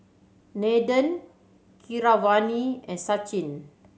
Nathan Keeravani and Sachin